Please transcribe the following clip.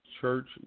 Church